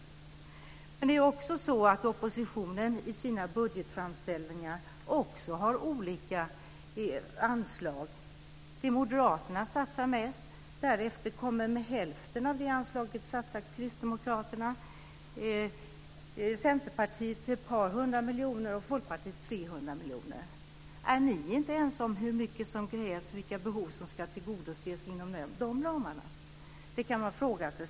Oppositionspartierna har olika anslag i sina budgetframställningar. Moderaterna satsar mest. Därefter kommer, med halva anslaget, Kristdemokraterna. Centerpartiet satsar ett par hundra miljoner och Folkpartiet 300 miljoner. Är ni inte ense om hur mycket som krävs och vilka behov som ska tillgodoses inom de ramarna? Det kan man fråga sig.